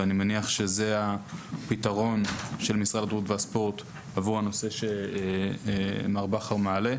ואני מניח שזה הפתרון של משרד הבריאות והספורט עבור הנושא שמר בכר מעלה.